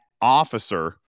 officer